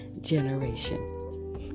generation